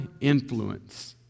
influence